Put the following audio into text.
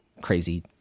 crazy